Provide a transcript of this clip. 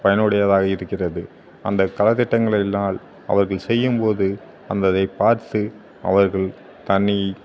பயனுடையதாக இருக்கிறது அந்த கலத்திட்டங்களினால் அவர்கள் செய்யும் போது அந்த அதை பார்த்து அவர்கள் தனிக்